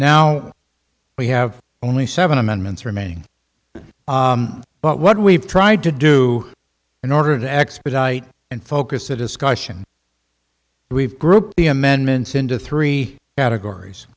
now we have only seven amendments remaining but what we've tried to do in order to expedite and focus a discussion we've group the amendments into three categories